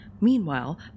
Meanwhile